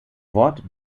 wort